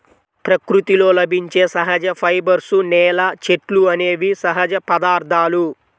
ప్రకృతిలో లభించే సహజ ఫైబర్స్, నేల, చెట్లు అనేవి సహజ పదార్థాలు